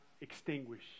extinguish